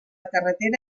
carretera